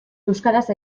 euskaraz